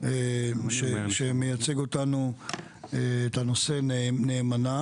שמייצג את הנושא נאמנה